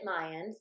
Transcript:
Mayans